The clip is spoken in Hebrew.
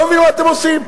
אני לא מבין מה אתם עושים.